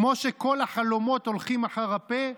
כמו שכל החלומות הולכים אחר הפה,